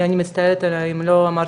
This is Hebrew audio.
לא שומעים.